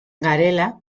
garela